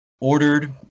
ordered